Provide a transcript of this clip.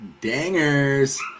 Dangers